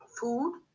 food